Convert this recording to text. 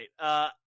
right